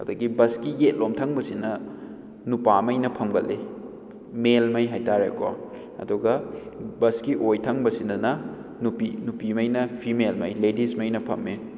ꯑꯗꯨꯗꯒꯤ ꯕꯁꯀꯤ ꯌꯦꯠꯂꯣꯝ ꯊꯪꯕꯁꯤꯅ ꯅꯨꯄꯥꯉꯩꯅ ꯐꯝꯒꯜꯂꯤ ꯃꯦꯜꯉꯩ ꯍꯥꯏꯇꯥꯔꯦꯀꯣ ꯑꯗꯨꯒ ꯕꯁꯀꯤ ꯑꯣꯏ ꯊꯪꯕꯁꯤꯗꯅ ꯅꯨꯄꯤ ꯅꯨꯄꯤꯉꯩꯅ ꯐꯤꯃꯦꯜꯉꯩ ꯂꯦꯗꯤꯁꯉꯩꯅ ꯐꯝꯃꯦ